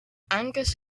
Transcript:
angus